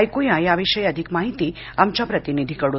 ऐक् या याविषयी अधिक माहिती आमच्या प्रतिनिधीकडून